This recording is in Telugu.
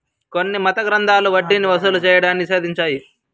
కొన్ని మత గ్రంథాలు వడ్డీని వసూలు చేయడాన్ని నిషేధించాయి